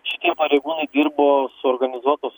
šitie pareigūnai dirbo su organizuotos